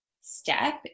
step